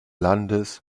landes